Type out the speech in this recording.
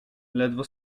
ledwo